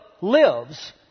lives